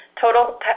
Total